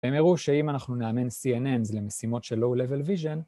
הם הראו שאם אנחנו נאמן CNN למשימות של Low Level Vision,